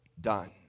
done